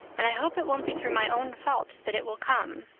and i hope it won't be through my own fault that it will come.